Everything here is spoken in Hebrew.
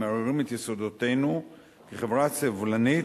המערערים את יסודותינו כחברה סבלנית,